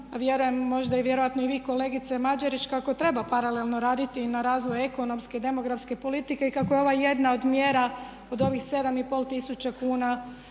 a vjerujem možda vjerojatno i vi kolegice Mađarić kako treba paralelno raditi i na razvoju ekonomske i demografske politike i kako je ovo jedna od mjera od ovih 7 i pol tisuća kuna